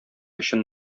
өчен